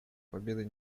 победы